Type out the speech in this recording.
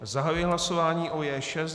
Zahajuji hlasování o J6.